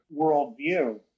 worldview